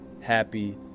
happy